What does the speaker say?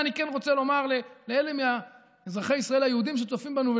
את זה אני כן רוצה לומר לאלה מאזרחי ישראל היהודים שצופים בנו.